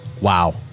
wow